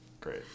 Great